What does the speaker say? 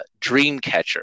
*Dreamcatcher*